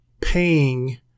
paying